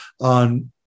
on